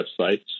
websites